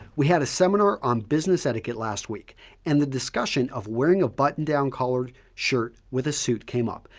we had a seminar on business etiquette last week and the discussion of wearing a button-down collar shirt with a suit came up.